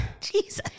Jesus